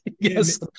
Yes